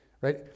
Right